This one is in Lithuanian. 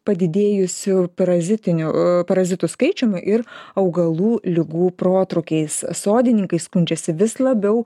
padidėjusiu parazitinių parazitų skaičiumi ir augalų ligų protrūkiais sodininkai skundžiasi vis labiau